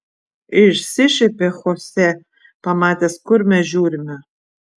išsišiepė chose pamatęs kur mes žiūrime